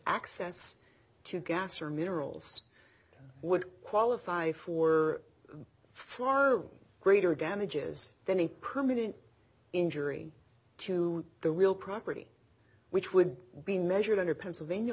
access to gas or minerals would qualify for farm greater damages than a permanent injury to the real property which would be measured under pennsylvania